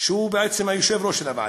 הוא היה בעצם היושב-ראש של הוועדה,